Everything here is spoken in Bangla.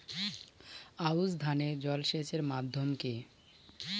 আউশ ধান এ জলসেচের মাধ্যম কি?